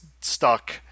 stuck